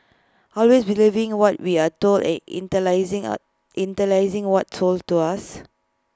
always believing what we are told and internalising are internalising what's sold to us